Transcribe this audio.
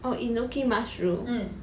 oh enoki mushroom